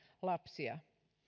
lapsia